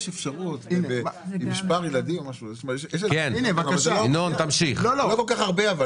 יש אפשרות עם מספר ילדים או משהו --- אבל זה לא כל כך הרבה.